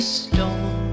storm